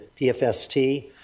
PFST